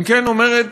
אם כן, אומרת